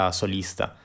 solista